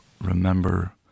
remember